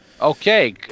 Okay